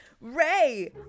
Ray